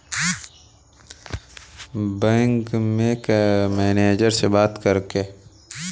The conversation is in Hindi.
ऋण प्राप्त करने की विभिन्न प्रक्रिया क्या हैं?